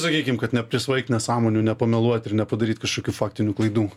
sakykim kad neprisvaigt nesąmonių nepameluot ir nepadaryt kažkokių faktinių klaidų